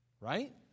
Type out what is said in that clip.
right